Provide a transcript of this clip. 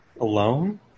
alone